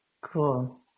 Cool